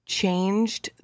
changed